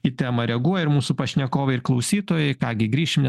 į temą reaguoja mūsų pašnekovai ir klausytojai ką gi grįšiu